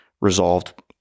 resolved